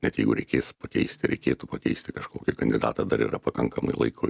net jeigu reikės pakeisti reikėtų pakeisti kažkokį kandidatą dar yra pakankamai laiko